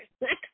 next